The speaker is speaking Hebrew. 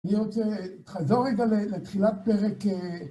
אני רוצה לחזור רגע לתחילת פרק...